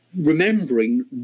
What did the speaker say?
remembering